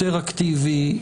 יותר אקטיבי,